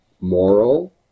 moral